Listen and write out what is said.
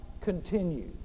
continue